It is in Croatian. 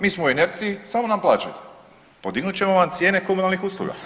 Mi smo u inerciji, samo nam plaćajte, podignut ćemo vam cijene komunalnih usluga.